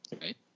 Right